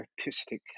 artistic